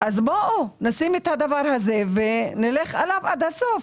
אז בואו, נשים את הדבר הזה ונלך עליו עד הסוף.